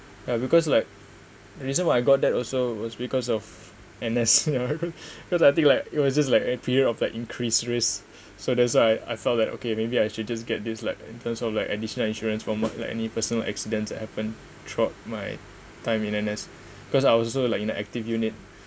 ya because like the reason why I got that also was because of N_S you know because I think like it was just like a period of like increased risk so that's why I I felt that okay maybe I should just get this like in terms of like additional insurance from what like any personal accidents that happen throughout my time in N_S because I also like in the active unit